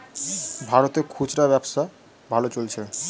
ভারতে খুচরা ব্যবসা ভালো চলছে